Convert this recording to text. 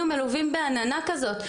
אנחנו היינו מלווים בעננה כזאת.